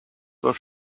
was